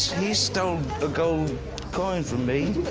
he stole a gold coin from me